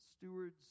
stewards